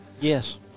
Yes